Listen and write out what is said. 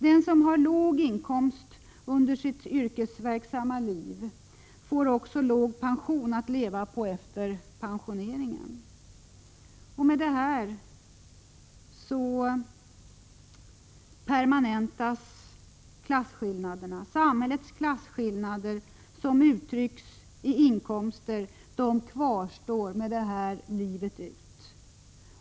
Den som har låg inkomst under sitt yrkesverksamma liv får också låg pension att leva på efter pensioneringen och klasskillnaderna permanentas. Samhällets klasskillnader såsom de uttrycks i inkomster kvarstår därmed livet ut.